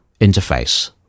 interface